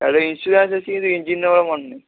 ହେଲେ ଇନସ୍ୟୁରାନ୍ସ୍ ଅଛି କିନ୍ତୁ ଇଞ୍ଜିନ୍ ନମ୍ବର୍ ମନେ ନାହିଁ